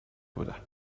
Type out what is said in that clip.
بودم